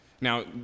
Now